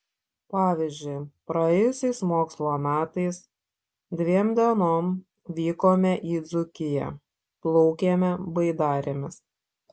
pavyzdžiui praėjusiais mokslo metais dviem dienom vykome į dzūkiją plaukėme baidarėmis